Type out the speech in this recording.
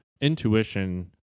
intuition